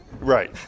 right